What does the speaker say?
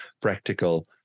practical